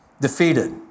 defeated